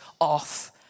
off